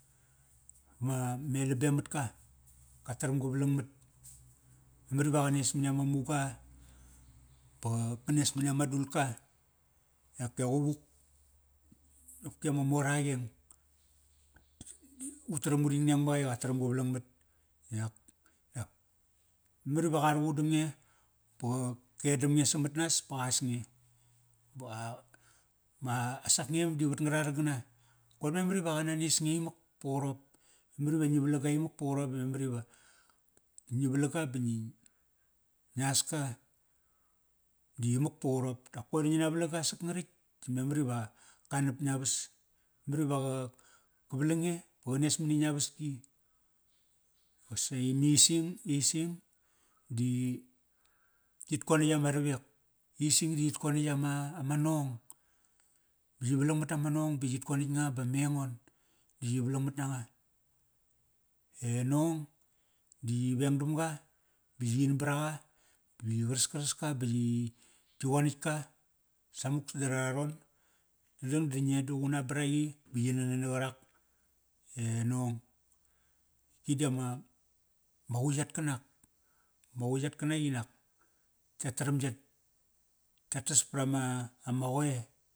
Ma melabem matka. Ka taram ga valangmat. Memar iva qa nes mani ama muga. Ba qa, qanes mani ama dulka. Yak e quvuk, qopki ama mor a qeng. Utaram uring neng maqa i qataram ga valangmat. memar iva qa ruqudam nge. Ba qa, qedamnge samat nas ba qas nge. Ba qa, ma, a sakngem di vat ngrargana. Koir memar iva qana nes nge imak pa qarop. Memar iva ngi valaga imak pa qarop ba memar iva, ngi valaga ba ngi, ngias ka. Di imak pa qarop dap koir ngi na valaga sak ngaritk di memar iva qa nap ngiavas. Memar iva qa, ka valang nge. Ba qa nes mani ngia vaski. Qosaqi missing ising din yi, yit. Konatk ama ravek. Ising di yit konatk ama, ama nong, yi valangmat nama nong ba yit konatk nga ba mengon. Di yi valangmat nanga, e nong di yi reng damga. Ba yin braqa ba yi qaraskaras ka ba yi tki qonatk ka. Samuk sada raron. Dadang da ngiequnam braqi ba yi nanan na qarak. E nong, qi di ama, ma qauitk at kanak. Ma quitk at kaniak inak ya taram ya, yatas prama, ama qoe.